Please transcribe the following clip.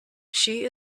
she